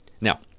now